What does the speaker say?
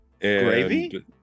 Gravy